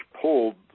pulled